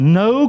no